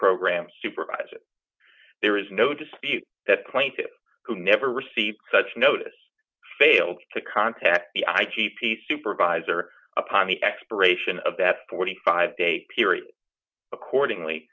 program supervisor there is no dispute that claim to who never received such notice failed to contact the i g p supervisor upon the expiration of that forty five day period accordingly